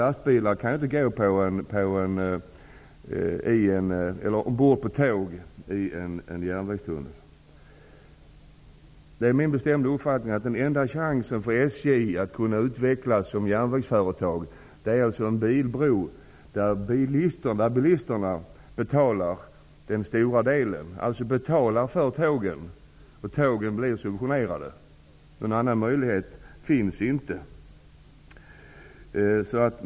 Lastbilar kan inte gå på tåg i en järnvägstunnel. Det är min bestämda uppfattning att den enda chansen för SJ att kunna utvecklas som järnvägsföretag är att det byggs en bilbro, där bilisterna betalar den stora delen, dvs. betalar för tågen, som därmed blir subventionerade. Någon annan möjlighet finns inte.